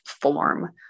form